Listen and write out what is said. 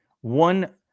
one